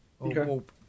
Okay